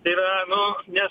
tai yra nu ne